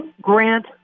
grant